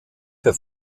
für